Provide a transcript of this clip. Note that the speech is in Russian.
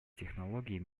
технологий